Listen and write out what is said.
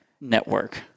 network